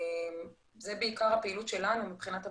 זה בעיקר הפעילות שלנו מבחינת הבריאות.